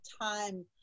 time